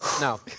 No